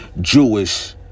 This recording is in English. Jewish